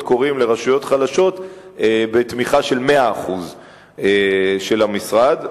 קוראים בשנה הקרובה לרשויות חלשות בתמיכה של 100% של המשרד.